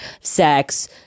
sex